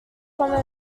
common